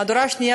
מהדורה שנייה,